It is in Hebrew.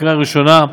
לקריאה ראשונה,